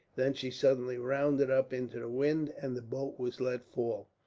then she suddenly rounded up into the wind, and the boat was let fall,